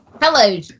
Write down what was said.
Hello